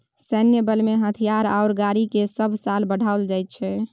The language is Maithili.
सैन्य बलमें हथियार आओर गाड़ीकेँ सभ साल बढ़ाओल जाइत छै